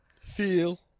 feel